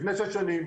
לפני שש שנים,